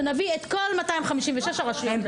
שנביא את כל 256 הרשויות לפה.